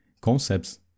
concepts